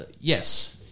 yes